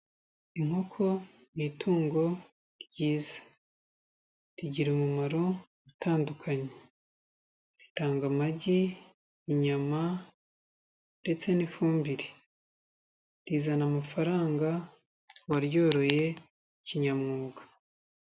Inkoko ni itungo ryiza, rigira umumaro utandukanye ritanga amagi, inyama ndetse n'ifumbire, rizana amafaranga ku waryoroye kinyamwuga.